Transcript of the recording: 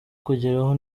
kugeraho